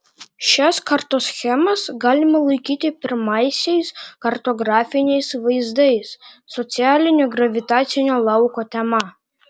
šias kartoschemas galima laikyti pirmaisiais kartografiniais vaizdais socialinio gravitacinio lauko tema